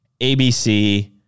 ABC